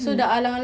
hmm